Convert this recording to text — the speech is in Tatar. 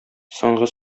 соңгы